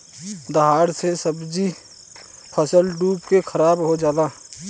दहाड़ मे सब्जी के फसल डूब के खाराब हो जला